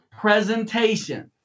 presentation